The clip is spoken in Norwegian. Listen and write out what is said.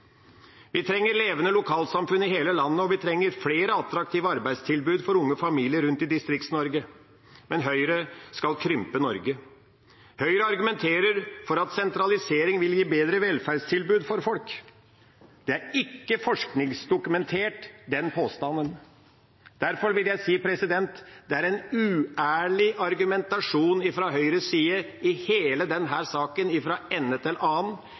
Vi trenger levende lokalsamfunn i hele landet, og vi trenger flere attraktive arbeidstilbud for unge familier rundt i Distrikts-Norge. Men Høyre skal krympe Norge. Høyre argumenterer for at sentralisering vil gi bedre velferdstilbud for folk. Den påstanden er ikke forskningsdokumentert. Derfor vil jeg si: Det er en uærlig argumentasjon fra Høyres side i hele denne saken fra ende til annen.